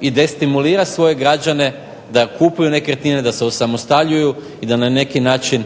i destimulira svoje građane da kupuju nekretnine, da se osamostaljuju i da na neki način